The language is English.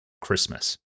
Christmas